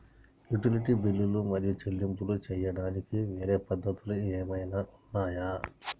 Utility బిల్లులు మరియు చెల్లింపులు చేయడానికి వేరే పద్ధతులు ఏమైనా ఉన్నాయా?